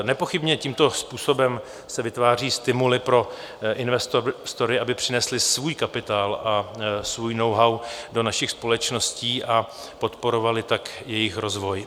Nepochybně se tímto způsobem vytváří stimuly pro investory, aby přinesli svůj kapitál a svůj knowhow do našich společností a podporovali tak jejich rozvoj.